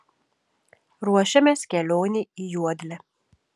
ruošiamės kelionei į juodlę